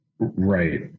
Right